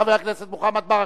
תודה רבה לחבר הכנסת מוחמד ברכה.